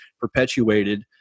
perpetuated